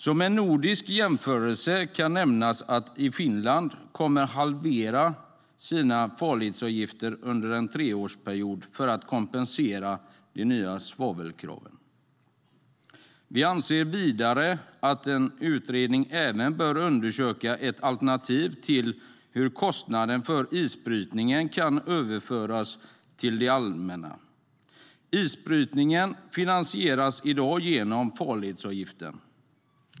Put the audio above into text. Som en nordisk jämförelse kan nämnas att Finland kommer att halvera sina farledsavgifter under en treårsperiod för att kompensera för de nya svavelkraven. Vi anser vidare att en utredning även bör undersöka ett alternativ till hur kostnaden för isbrytningen kan överföras till det allmänna. Isbrytningen finansieras i dag med hjälp av farledsavgiften.